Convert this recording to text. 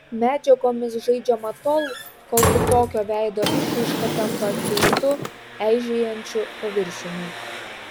medžiagomis žaidžiama tol kol kitokio veido išraiška tampa keistu eižėjančiu paviršiumi